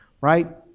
Right